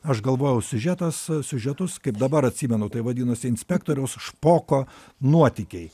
aš galvojau siužetas siužetus kaip dabar atsimenu tai vadinosi inspektoriaus špoko nuotykiai